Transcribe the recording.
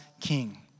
king